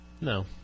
No